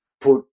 put